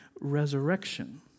resurrection